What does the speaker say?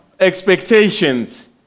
Expectations